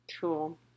Cool